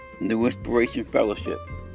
newinspirationfellowship